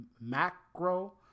Macro